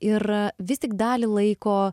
ir vis tik dalį laiko